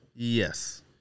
Yes